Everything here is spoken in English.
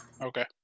Okay